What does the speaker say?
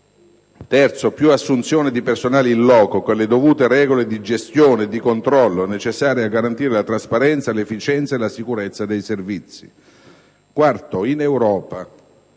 di assumere più personale *in loco*, con le dovute regole di gestione e di controllo necessarie a garantire la trasparenza, l'efficienza e la sicurezza dei servizi; inoltre, in Europa